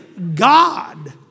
God